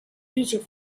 future